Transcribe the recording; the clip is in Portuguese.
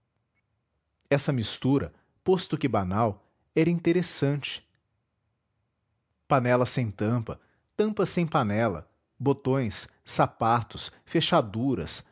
essa mistura posto que banal era interessante panelas sem tampa tampas sem panela botões sapatos fechaduras